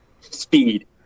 speed